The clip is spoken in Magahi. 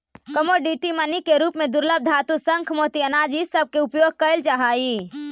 कमोडिटी मनी के रूप में दुर्लभ धातु शंख मोती अनाज इ सब के उपयोग कईल जा हई